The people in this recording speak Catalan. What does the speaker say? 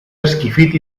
esquifit